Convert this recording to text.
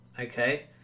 Okay